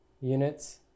units